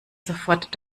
sofort